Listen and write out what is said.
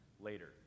later